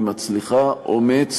היא מצריכה אומץ